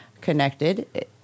connected